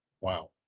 Wow